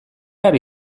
ari